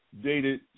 dated